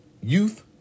youth